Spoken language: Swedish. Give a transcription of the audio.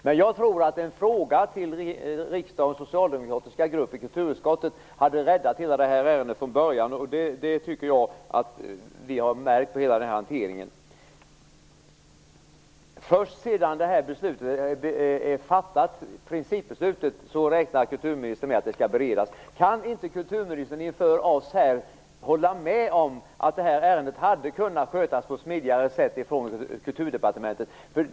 Men jag tror att en fråga till riksdagens socialdemokratiska grupp i kulturutskottet hade räddat hela det här ärendet från början. Det tycker jag att vi har märkt på hela hanteringen. Först sedan det här principbeslutet är fattat räknar kulturministern med att det skall beredas. Kan inte kulturministern inför oss här hålla med om att det här ärendet hade kunnat skötas på ett smidigare sätt från Kulturdepartementets sida.